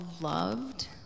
loved